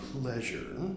pleasure